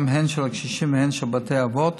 המצב, הן של הקשישים והן של בתי האבות.